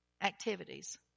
Activities